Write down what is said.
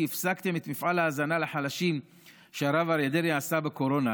כשהפסקתם את מפעל ההזנה לחלשים שהרב אריה דרעי עשה בקורונה,